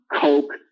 Coke